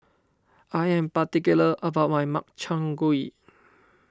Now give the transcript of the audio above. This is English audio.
I am particular about my Makchang Gui